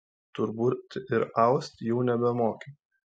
turbūt ir aust jau nebemoki